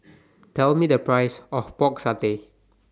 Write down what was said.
Tell Me The Price of Pork Satay